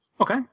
Okay